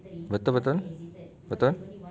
betul betul betul